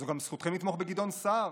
זו גם זכותכם לתמוך בגדעון סער.